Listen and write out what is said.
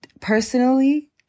personally